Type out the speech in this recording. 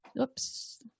Oops